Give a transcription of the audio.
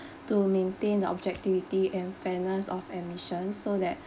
to maintain the objectivity and fairness of admission so that